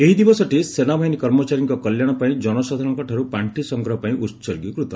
ଏହି ଦିବସଟି ସେନାବାହିନୀ କର୍ମଚାରୀଙ୍କ କଲ୍ୟାଣ ପାଇଁ ଜନସାଧାରଣଙ୍କଠାରୁ ପାର୍ଷି ସଂଗ୍ରହ ପାଇଁ ଉତ୍ସର୍ଗୀକୃତ